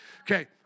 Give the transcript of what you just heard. Okay